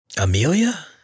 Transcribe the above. Amelia